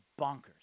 bonkers